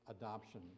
adoption